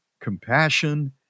compassion